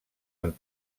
amb